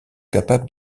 capables